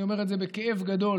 אני אומר את זה בכאב גדול,